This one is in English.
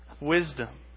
wisdom